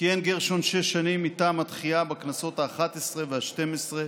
כיהן גרשון שש שנים מטעם התחיה בכנסות האחת-עשרה והשתים-עשרה